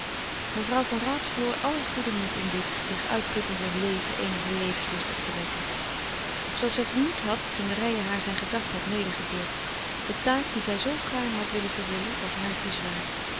mevrouw van raat verloor al haren goeden moed in dit zich uitputtende leven eenigen levenslust op te wekken zooals zij vermoed had toen reijer haar zijne gedachten had medegedeeld de taak die zij zoo gaarne had willen vervullen was haar te zwaar